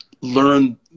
learn